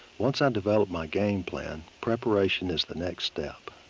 once i develop my game plan, preparation is the next step.